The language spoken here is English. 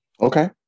Okay